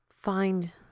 Find